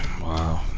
Wow